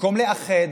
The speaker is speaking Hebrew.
במקום לאחד,